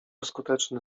skuteczny